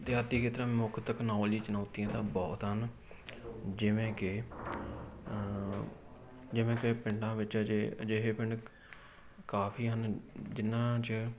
ਦਿਹਾਤੀ ਖੇਤਰਾਂ ਮੁੱਖ ਤਕਨੋਲਜੀ ਚੁਣੌਤੀਆਂ ਦਾ ਬਹੁਤ ਹਨ ਜਿਵੇਂ ਕਿ ਜਿਵੇਂ ਕਿ ਪਿੰਡਾਂ ਵਿੱਚ ਅਜੇ ਅਜਿਹੇ ਪਿੰਡ ਕਾਫੀ ਹਨ ਜਿਨ੍ਹਾਂ 'ਚ